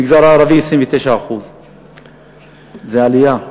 במגזר הערבי, 29%. זאת עלייה,